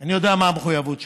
אני יודע מה המחויבות שלי.